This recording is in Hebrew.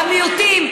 המיעוטים,